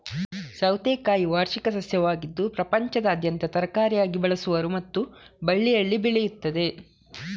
ಸೌತೆಕಾಯಿ ವಾರ್ಷಿಕ ಸಸ್ಯವಾಗಿದ್ದು ಪ್ರಪಂಚದಾದ್ಯಂತ ತರಕಾರಿಯಾಗಿ ಬಳಸುವರು ಮತ್ತು ಬಳ್ಳಿಯಲ್ಲಿ ಬೆಳೆಯುತ್ತವೆ